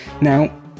Now